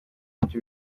byo